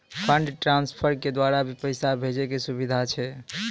Fund transfer के द्वारा भी पैसा भेजै के सुविधा छै?